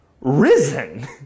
risen